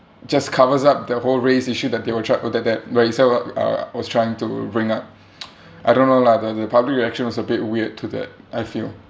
just covers up the whole race issue that they were tr~ that that raeesah uh was trying to bring up I don't know lah the the public reaction was a bit weird to that I feel